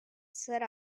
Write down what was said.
set